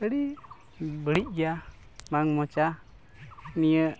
ᱟᱹᱰᱤ ᱵᱟᱹᱲᱤᱡ ᱜᱮᱭᱟ ᱵᱟᱝ ᱢᱚᱡᱟ ᱱᱤᱭᱟᱹ